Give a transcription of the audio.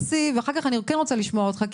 ואחר כך אני כן רוצה לשמוע אותך,